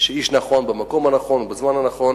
האיש הנכון במקום הנכון ובזמן הנכון.